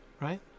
right